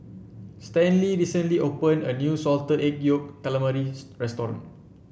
Stanley recently opened a new Salted Egg Yolk Calamari restaurant